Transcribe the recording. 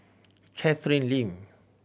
Catherine Lim